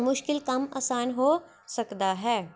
ਮੁਸ਼ਕਲ ਕੰਮ ਅਸਾਨ ਹੋ ਸਕਦਾ ਹੈ